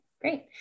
great